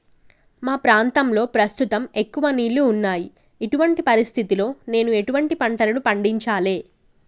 మా ప్రాంతంలో ప్రస్తుతం ఎక్కువ నీళ్లు ఉన్నాయి, ఇటువంటి పరిస్థితిలో నేను ఎటువంటి పంటలను పండించాలే?